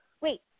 wait